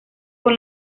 con